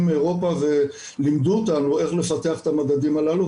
מאירופה ולימדו אותנו איך לפתח את המדדים הללו,